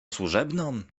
służebną